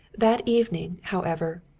that evening, however,